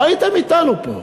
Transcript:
לא הייתם אתנו פה: